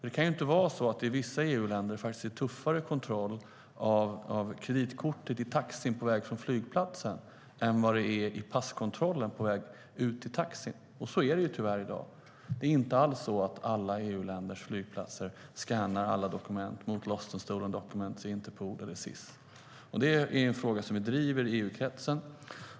Det ska inte vara så att det i vissa EU-länder är tuffare kontroll av kreditkortet i taxin på väg från flygplatsen än vad det är av passet i passkontrollen, men så är det tyvärr i dag. På en del flygplatser inom EU skannas inte alla dokument mot Interpols databas och SIS. Denna fråga driver vi i EU-kretsen.